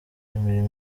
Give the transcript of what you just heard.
imirimo